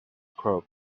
crop